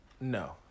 No